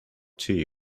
tea